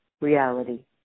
reality